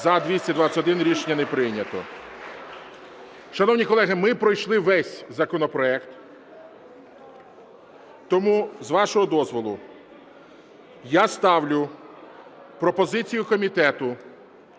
За-221 Рішення не прийнято. Шановні колеги, ми пройшли весь законопроект. Тому, з вашого дозволу, я ставлю пропозицію комітету